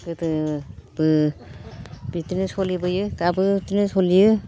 गोदो बो बिदिनो सलिबोयो दाबो बिदिनो सलियो